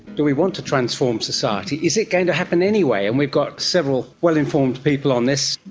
do we want to transform society? is it going to happen anyway? and we've got several well-informed people on this.